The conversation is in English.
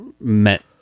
met